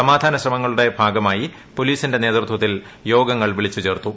സമാധാന ശ്രമങ്ങളുടെ ഭാഗമായി പോലീസിന്റെ നേതൃത്വത്തിൽ യോഗങ്ങളിൽ വിളിച്ചു ചേർത്തു